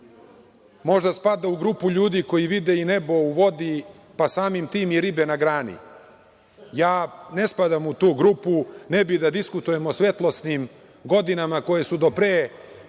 možda spada u grupu ljudi koji vide i nebo u vodi, pa samim tim i ribe na grani. Ja ne spadam u tu grupu. Ne bih da diskutujem o svetlosnim godinama koje su do pre